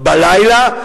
בלילה,